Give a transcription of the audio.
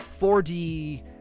4D